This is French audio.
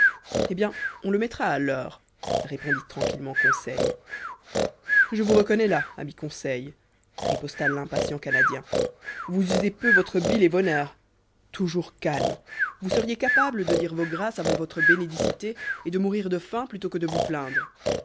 eh bien on le mettra à l'heure répondit tranquillement conseil je vous reconnais là ami conseil riposta l'impatient canadien vous usez peu votre bile et vos nerfs toujours calme vous seriez capable de dire vos grâces avant votre bénédicité et de mourir de faim plutôt que de vous plaindre